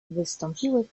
wystąpiły